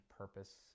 purpose